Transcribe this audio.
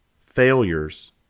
failures